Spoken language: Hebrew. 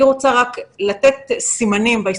אני מציעה לך לנהל את הדיון הזה מהמקום שבו אנחנו מגיבים